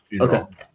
Okay